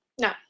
No